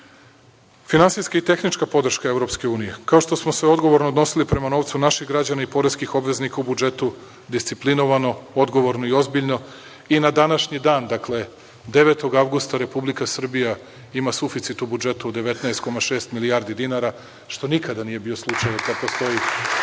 tržište. Finansijska i tehnička podrška Evropske unije. Kao što smo se odgovorno odnosili prema novcu naših građana i poreskih obveznika u budžetu, disciplinovano, odgovorno i ozbiljno i na današnji dan, dakle, 09. avgusta Republika Srbija ima suficit u budžetu 19,6 milijardi dinara, što nikada nije bio slučaj od kada postoji